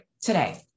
today